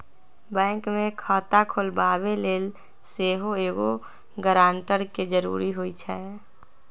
bank में खता खोलबाबे लेल सेहो एगो गरानटर के जरूरी होइ छै